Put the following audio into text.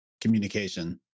communication